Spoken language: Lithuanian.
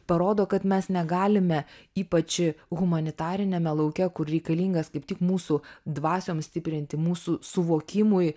parodo kad mes negalime ypač humanitariniame lauke kur reikalingas kaip tik mūsų dvasiom stiprinti mūsų suvokimui